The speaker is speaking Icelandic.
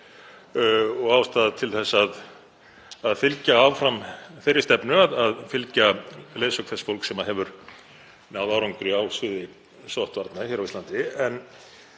er ástæða til að fylgja áfram þeirri stefnu að fylgja leiðsögn þess fólks sem hefur náð árangri á sviði sóttvarna hér á Íslandi.